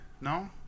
No